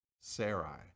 Sarai